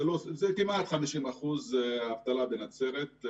זה כמעט 50% אבטלה בנצרת.